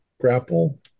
grapple